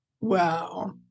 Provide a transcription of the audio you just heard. Wow